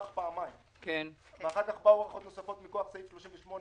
הוא הוארך פעמיים ואחר כך באו הארכות נוספות מכוח סעיף 38,